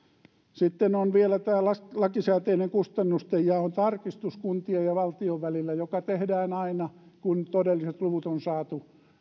sitten on vielä tämä lakisääteinen kustannustenjaon tarkistus kuntien ja valtion välillä joka tehdään aina kun todelliset luvut on saatu